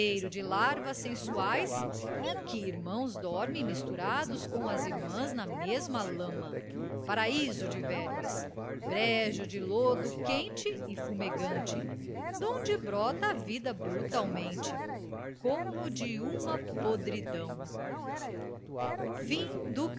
viveiro de larvas sensuais em que irmãos dormem misturados com as irmãs na mesma lama paraíso de vermes brejo de lodo quente e fumegante donde brota a vida brutalmente como de uma podridão